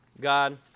God